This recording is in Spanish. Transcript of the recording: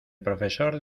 profesor